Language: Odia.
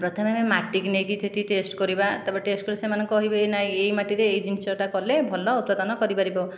ପ୍ରଥମେ ଆମେ ମାଟିକି ନେଇକି ସେଠି ଟେଷ୍ଟ କରିବା ତା'ପରେ ଟେଷ୍ଟ କରିକି ସେମାନେ କହିବେ କି ନାହିଁ ଏହି ମାଟିରେ ଏହି ଜିନିଷଟା କଲେ ଭଲ ଉତ୍ପାଦନ କରିପାରିବ